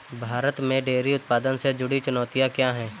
भारत में डेयरी उत्पादन से जुड़ी चुनौतियां क्या हैं?